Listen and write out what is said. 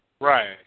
Right